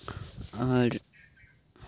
ᱟᱨ